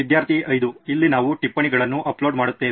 ವಿದ್ಯಾರ್ಥಿ 5 ಇಲ್ಲಿ ನಾವು ಟಿಪ್ಪಣಿಗಳನ್ನು ಅಪ್ಲೋಡ್ ಮಾಡುತ್ತೇವೆ